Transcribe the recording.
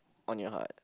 on your heart